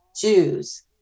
Jews